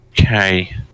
okay